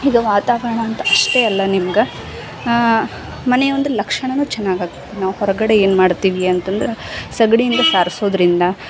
ಇದು ವಾತಾವರಣ ಅಂತ ಅಷ್ಟೇ ಅಲ್ಲ ನಿಮ್ಗೆ ಮನೆಯ ಒಂದು ಲಕ್ಷಣನು ಚೆನ್ನಾಗಿ ಆಗಿ ನಾವು ಹೊರಗಡೆ ಏನು ಮಾಡ್ತೀವಿ ಅಂತಂದ್ರೆ ಸಗ್ಣಿಯಿಂದ ಸಾರ್ಸೋದರಿಂದ